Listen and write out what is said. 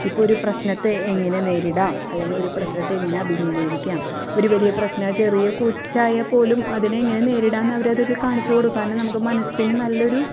ഇപ്പൊരു പ്രശ്നത്തെ എങ്ങനെ നേരിടാം അല്ലെങ്കിൽ ഒരു പ്രശ്നത്തെ എങ്ങനെ അഭിമുഖീകരിക്കാം ഒരു വലിയ പ്രശ്നാ ചെറിയ കൊച്ചായാൽപ്പോലും അതിനെ എങ്ങനെ നേരിടാമെന്ന് അവരതിൽ കാണിച്ചു കൊടുക്കാനും നമുക്ക് മനസ്സിനു നല്ലൊരു